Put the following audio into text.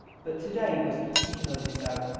but to-day it was particularly so,